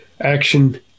action